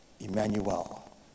Emmanuel